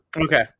Okay